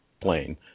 plane